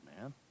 man